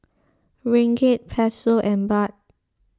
Ringgit Peso and Baht